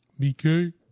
BK